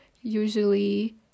usually